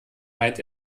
meint